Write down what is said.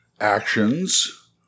actions